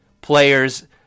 players